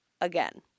again